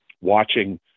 watching